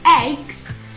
eggs